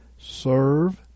serve